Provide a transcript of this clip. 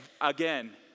again